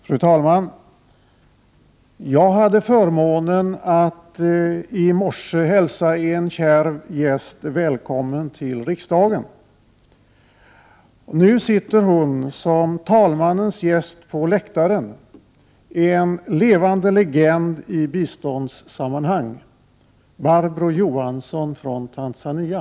Fru talman! Jag hade förmånen att i morse hälsa en kär gäst välkommen till riksdagen. Nu sitter hon som talmannens gäst på läktaren, en levande legend i biståndssammanhang — Barbro Johansson från Tanzania.